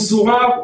הוא סורב,